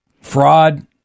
Fraud